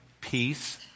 peace